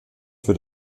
für